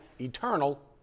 eternal